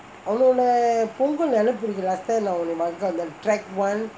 punggol நெனப்பு இருக்கு:nenapu irukku last time நா உன்னே பார்க்க வந்தேன்:naa unnae paarka vanthaen track one